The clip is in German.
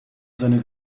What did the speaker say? seine